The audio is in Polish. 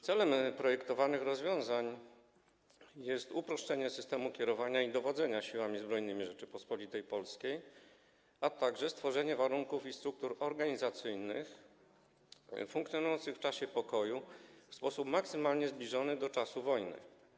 Celem projektowanych rozwiązań jest uproszczenie systemu kierowania i dowodzenia Siłami Zbrojnymi Rzeczypospolitej Polskiej, a także stworzenie warunków i struktur organizacyjnych funkcjonujących w czasie pokoju maksymalnie zbliżonych do tych z czasu wojny.